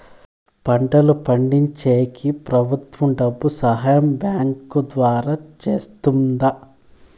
పంటలు పండించేకి ప్రభుత్వం డబ్బు సహాయం బ్యాంకు ద్వారా చేస్తుందా?